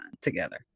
together